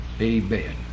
Amen